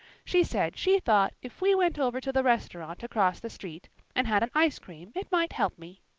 she said she thought if we went over to the restaurant across the street and had an ice cream it might help me.